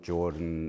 Jordan